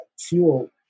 fuel